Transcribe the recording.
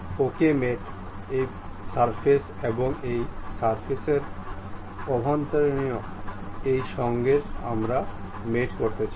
OK mate এই পৃষ্ঠ এবং এই পৃষ্ঠের অভ্যন্তরীণ এর সঙ্গে আমরা মেট করতে চাই